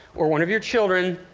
or one of your children.